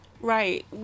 Right